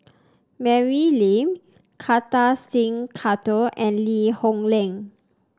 Mary Lim Kartar Singh Thakral and Lee Hoon Leong